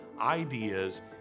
IDEAS